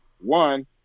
one –